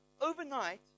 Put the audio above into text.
overnight